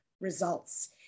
results